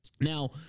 Now